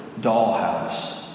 dollhouse